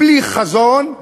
בלי חזון,